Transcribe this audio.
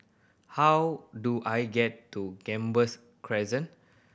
how do I get to Gambas Crescent